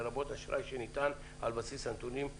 לרבות אשראי שניתן על בסיס הנתונים,